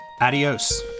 Adios